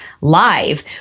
Live